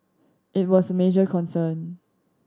it was a major concern